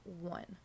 one